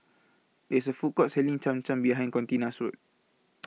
It's A Food Court Selling Cham Cham behind Contina's House